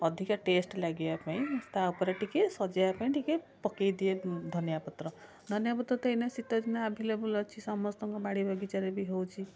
ଅଧିକା ଟେଷ୍ଟ୍ ଲାଗିବାପାଇଁ ତା'ଉପରେ ଟିକିଏ ସଜାଇବା ପାଇଁ ଟିକିଏ ପକାଇ ଦିଏ ଧନିଆପତ୍ର ଧନିଆପତ୍ର ତ ଏଇନା ଶୀତଦିନେ ଆଭେଲେବୁଲ୍ ଅଛି ସମସ୍ତଙ୍କ ବାଡ଼ି ବଗିଚାରେ ବି ହେଉଛି